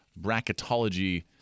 bracketology